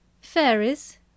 Fairies